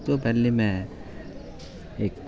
तो पैह्लें में इक्क